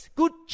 good